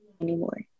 anymore